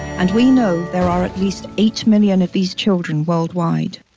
and we know there are at least eight million of these children worldwide.